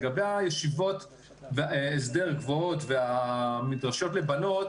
לגבי ישיבות הסדר גבוהות והמדרשות לבנות,